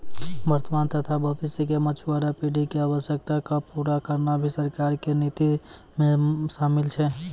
वर्तमान तथा भविष्य के मछुआरा पीढ़ी के आवश्यकता क पूरा करना भी सरकार के नीति मॅ शामिल छै